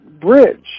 Bridge